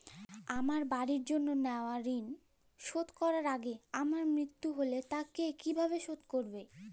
আমার বাড়ির জন্য নেওয়া ঋণ শোধ করার আগে আমার মৃত্যু হলে তা কে কিভাবে শোধ করবে?